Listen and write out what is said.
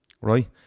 right